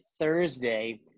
Thursday